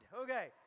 Okay